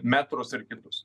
metrus ir kitus